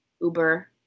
Uber